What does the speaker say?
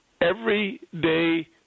everyday